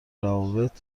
روابط